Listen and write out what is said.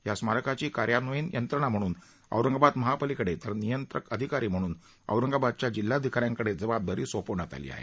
या स्मारकाची कार्यान्वयीन यंत्रणा म्हणून औरंगाबाद महापालिकेकडे तर नियंत्रक अधिकारी म्हणून औरंगाबादच्या जिल्हाधिकाऱ्यांकडे जबाबदारी सोपवण्यात आली आहे